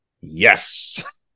yes